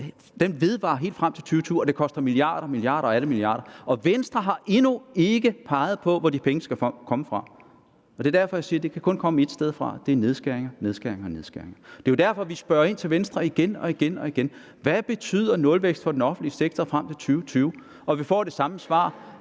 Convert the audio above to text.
varer ved helt frem til 2020, det koster milliarder og milliarder og atter milliarder, og Venstre har endnu ikke peget på, hvor de penge skal komme fra. Det er derfor, jeg siger, at de kun kan komme et sted fra, og det er fra nedskæringer, nedskæringer og nedskæringer. Det er jo derfor, at vi igen og igen spørger ind til hos Venstre: Hvad betyder nulvækst for den offentlige sektor frem til 2020? Og vi får det samme svar.